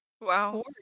Wow